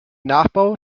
nachbau